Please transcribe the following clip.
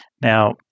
Now